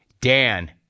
Dan